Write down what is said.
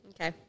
Okay